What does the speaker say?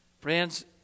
Friends